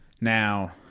Now